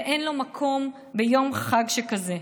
ואין לו מקום ביום חג שכזה.